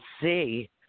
see